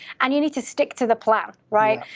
and you need to stick to the plan, right?